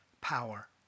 power